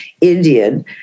Indian